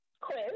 quiz